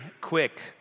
quick